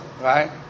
Right